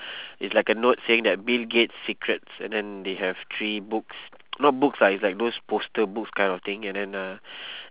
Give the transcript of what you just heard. it's like a note saying that bill gates secrets and then they have three books not books lah it's like those poster books kind of thing and then ah